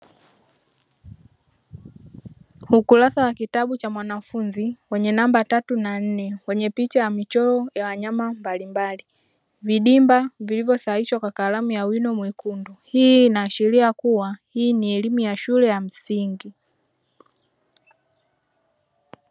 Ukurasa wa kitabu cha mwanafunzi wenye namba tatu na nne, wenye picha ya michoro ya wanyama mbalimbali. Vidimba vilivyosaishwa kwa karamu ya wino mwekundu. Hii inaashiria kuwa hii ni elimu ya shule ya msingi.